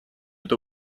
эту